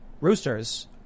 roosters